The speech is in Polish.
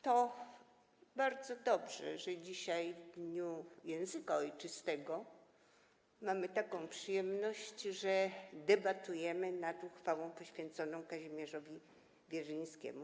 To bardzo dobrze, że dzisiaj, w dniu języka ojczystego mamy przyjemność debatować nad uchwałą poświęconą Kazimierzowi Wierzyńskiemu.